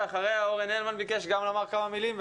ואחריה אורן הלמן גם ביקש לומר כמה מילים.